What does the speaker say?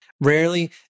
Rarely